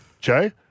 Jay